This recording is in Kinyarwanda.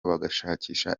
bashakisha